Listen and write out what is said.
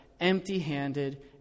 empty-handed